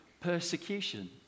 persecution